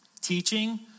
Teaching